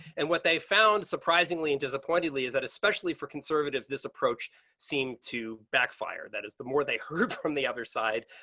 and what they found. surprisingly, and disappointed lee is that, especially for conservatives. this approach seem to backfire. that is, the more they heard from the other side,